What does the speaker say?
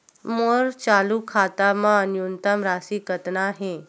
मोर चालू खाता मा न्यूनतम राशि कतना हे?